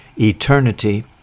Eternity